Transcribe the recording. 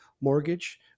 mortgage